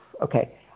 Okay